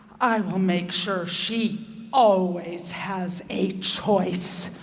i will make sure she always has a choice,